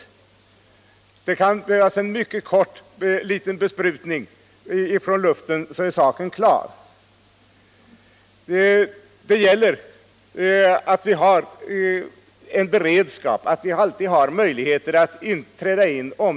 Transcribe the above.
Med en 21 maj 1980 kort tids besprutning från luften är saken klar. Vi måste ha en beredskapom LL det skulle komma någon svårare insektshärjning.